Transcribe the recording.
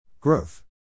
Growth